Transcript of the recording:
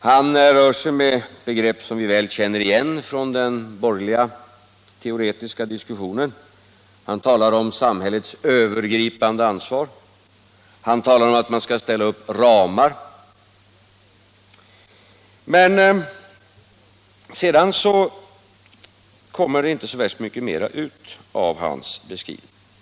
Han rör sig med begrepp som vi väl känner igen från den borgerliga teoretiska diskussionen. Han talar om samhällets övergripande ansvar och om att man skall ställa upp ramar, men sedan kommer det inte ut så värst mycket mera av hans beskrivning.